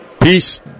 Peace